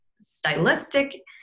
stylistic